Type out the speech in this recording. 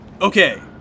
Okay